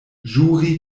ĵuri